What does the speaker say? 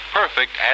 perfect